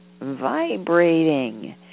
vibrating